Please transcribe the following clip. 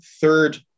third